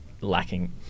lacking